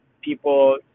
people